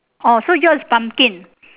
orh so yours is pumpkin